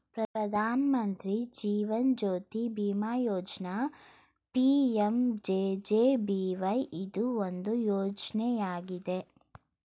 ಪ್ರಧಾನ ಮಂತ್ರಿ ಜೀವನ್ ಜ್ಯೋತಿ ಬಿಮಾ ಯೋಜ್ನ ಪಿ.ಎಂ.ಜೆ.ಜೆ.ಬಿ.ವೈ ಇದು ಒಂದು ಯೋಜ್ನಯಾಗಿದೆ